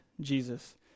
Jesus